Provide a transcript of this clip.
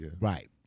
Right